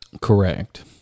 Correct